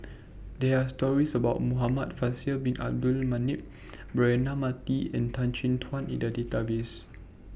There Are stories about Muhamad Faisal Bin Abdul Manap Braema Mathi and Tan Chin Tuan in The Database